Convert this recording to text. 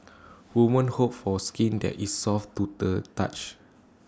women hope for skin that is soft to the touch